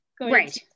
right